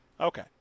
Okay